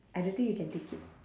I don't think you can take it